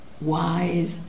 wise